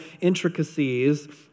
intricacies